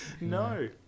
No